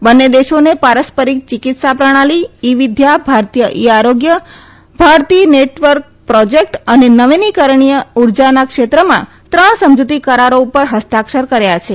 બંને દેશોને પારંપરિક ચિકિત્સા પ્રણાલી ઈ વિદ્યા ભારતીય ઈ આરોગ્ય ભારતી નેટવર્ક પ્રોજેકટ અને નવીનીકરણીય ઉર્જાના ક્ષેત્રમાં ત્રણ સમજુતી કરારો પર હસ્તાક્ષર કર્યા છે